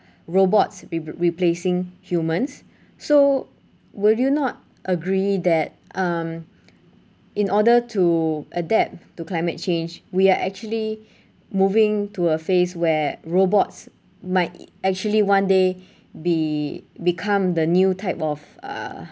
robots rep~ replacing humans so will you not agree that um in order to adapt to climate change we are actually moving to a phase where robots might e~ actually one day be become the new type of uh